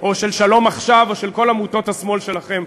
או של "שלום עכשיו" או של כל עמותות השמאל שלכם.